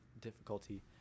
difficulty